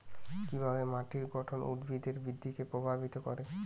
কিভাবে মাটির গঠন উদ্ভিদের বৃদ্ধিকে প্রভাবিত করে?